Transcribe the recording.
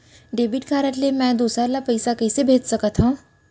Debit card ले मैं दूसर ला पइसा कइसे भेज सकत हओं?